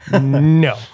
No